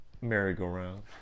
merry-go-round